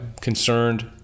Concerned